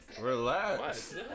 Relax